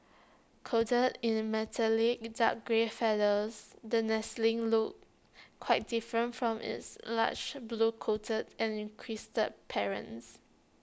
coated in the metallic dark grey feathers the nestling looks quite different from its large blue coated and crested parents